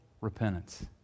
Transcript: repentance